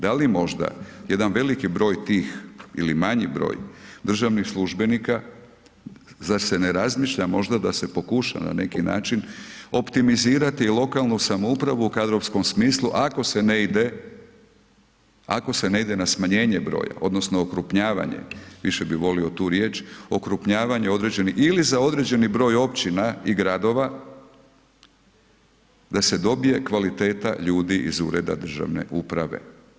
Da li je možda jedan veliki broj tih, ili manji broj državnih službenika, zar se ne razmišlja možda da se pokuša na neki način optimizirati lokalnu samoupravu, u kadrovskom smislu, ako se ne ide na smanjenje broja, odnosno, okrupnjavanje, više bi volio tu riječ, okrupnjavanje određeni, ili za određeni broj općina i gradova, da se dobije kvaliteta ljudi iz ureda državne uprave.